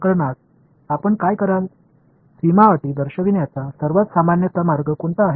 எனவே அந்த விஷயத்தில் நீங்கள் என்ன செய்வீர்கள் பௌண்டரி கண்டிஷன்ஸ் வெளிப்படுத்த பொதுவாக பயன்படுத்தப்படும் வழி என்ன